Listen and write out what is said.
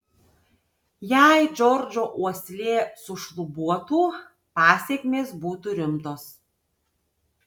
jei džordžo uoslė sušlubuotų pasekmės būtų rimtos